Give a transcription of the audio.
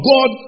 God